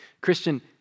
Christian